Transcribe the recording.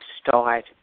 start